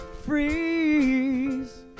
freeze